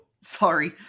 Sorry